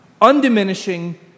undiminishing